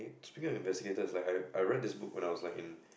speaking of investigators like I I read this book when I was like in